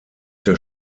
der